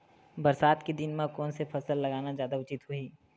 बरसात के दिन म कोन से फसल लगाना जादा उचित होही?